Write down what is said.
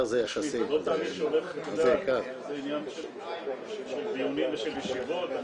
זה עניין של דיונים ושל ישיבות.